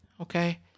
okay